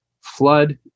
Flood